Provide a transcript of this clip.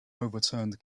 overturned